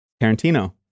Tarantino